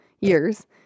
years